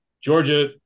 Georgia